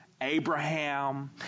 Abraham